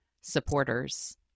supporters